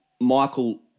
Michael